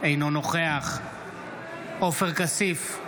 אינו נוכח עופר כסיף,